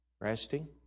Resting